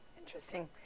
Interesting